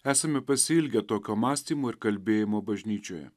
esame pasiilgę tokio mąstymo ir kalbėjimo bažnyčioje